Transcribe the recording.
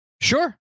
sure